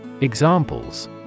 Examples